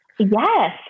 Yes